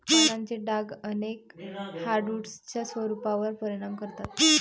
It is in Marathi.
पानांचे डाग अनेक हार्डवुड्सच्या स्वरूपावर परिणाम करतात